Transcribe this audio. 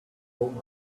home